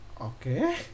okay